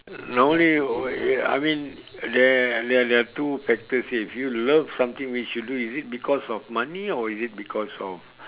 normally uh I mean there there there are two factors here if you love something which you do is it because of money or is it because of